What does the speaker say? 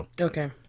Okay